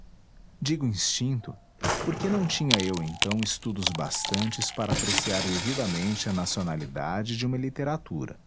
indígena digo instinto porque não tinha eu então estudos bastantes para apreciar devidamente a nacionalidade de uma literatura